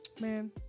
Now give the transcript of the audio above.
man